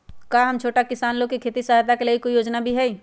का छोटा किसान लोग के खेती सहायता के लगी कोई योजना भी हई?